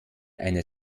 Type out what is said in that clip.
eine